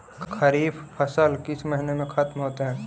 खरिफ फसल किस महीने में ख़त्म होते हैं?